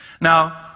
Now